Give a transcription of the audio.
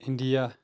India